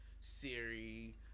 Siri